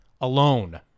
alone